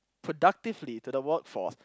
productively to the workforce